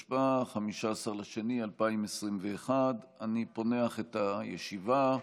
התשפ"א, 15 בפברואר 2021. אני פותח את הישיבה.